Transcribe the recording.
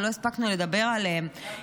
שלא הספקנו לדבר עליהם.